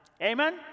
amen